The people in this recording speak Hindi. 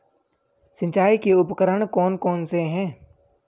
सिंचाई के उपकरण कौन कौन से हैं?